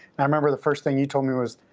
and i remember the first thing you told me was,